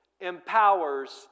empowers